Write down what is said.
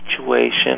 situation